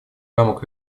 рамок